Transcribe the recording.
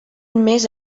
més